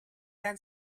can